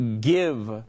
give